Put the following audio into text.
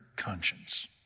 conscience